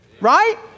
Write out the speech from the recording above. Right